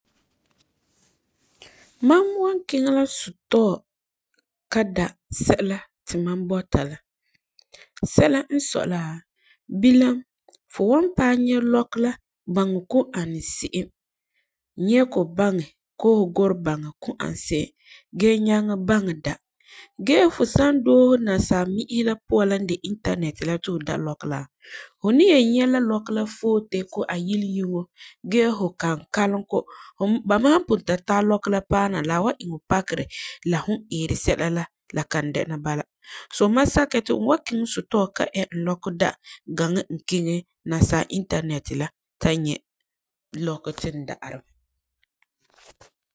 Mam wan kiŋɛ la store ka da sɛla ti mam bɔta la sɛla n sɔi la, bilam fu san paɛ nyɛ lɔkɔ la baŋɛ Ku n ani se'em nyɛ kɔ baŋɛ koo fu gurɛ baŋɛ ku n ani se'em gee nyaŋɛ baŋɛ da.gee fu san doose nasami'isi la puan n de internet la ti fu da lɔkɔ la, fu ni wem nyɛ la lɔkɔ la foote koo ayiyileŋo gee fu kan kalum kɔ ba me san pugum ka tari lɔkɔ la paɛ na, la wan iŋɛ fu pakerɛ la fu n eeri sɛla la, la kan dɛna bala. So, mam sakɛ ya ti n wan kiŋɛ store ɛ n lɔkɔ da gani n kiŋɛ nasaa internet la ta nyɛ lɔkɔ ti n da'ari mɛ